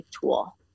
tool